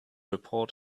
report